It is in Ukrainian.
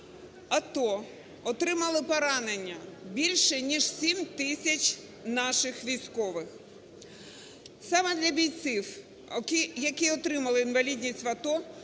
АТО отримали поранення більше ніж 7 тисяч наших військових. Саме для бійців, які отримали інвалідність в АТО